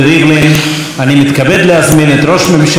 חבר הכנסת בנימין נתניהו לשאת דברים.